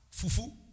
fufu